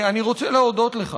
אני רוצה להודות לך